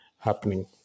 happening